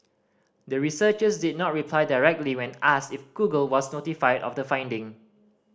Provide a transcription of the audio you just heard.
the researchers did not reply directly when asked if Google was notified of the finding